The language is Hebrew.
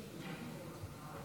זה לא אני.